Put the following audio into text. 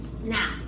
Now